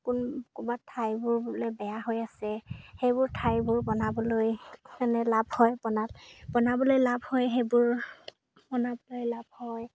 কোন ক'ৰবাত ঠাইবোৰ বোলে বেয়া হৈ আছে সেইবোৰ ঠাইবোৰ বনাবলৈ মানে লাভ হয় বনোৱাত বনাবলৈ লাভ হয় সেইবোৰ বনাবলৈ লাভ হয়